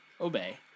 obey